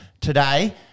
today